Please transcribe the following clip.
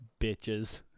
Bitches